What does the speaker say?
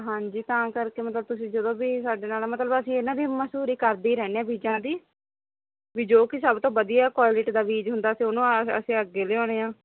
ਹਾਂਜੀ ਤਾਂ ਕਰਕੇ ਮਤਲਬ ਤੁਸੀਂ ਜਦੋਂ ਤੁਸੀਂ ਸਾਡੇ ਨਾਲ ਮਤਲਬ ਅਸੀਂ ਨਾ ਮਸੂਰੀ ਕਰਦੇ ਹੀ ਰਹਿੰਦੇ ਆ ਬੀਜਾਂ ਦੀ ਵੀ ਜੋ ਕੀ ਸਭ ਤੋਂ ਵਧੀਆ ਕੁਆਲਿਟੀ ਦਾ ਬੀਜ ਹੁੰਦਾ ਸੀ ਉਹਨੂੰ ਅਸੀਂ ਅੱਗੇ ਲਿਆਉਣੇ ਆ